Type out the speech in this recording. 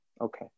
Okay